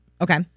Okay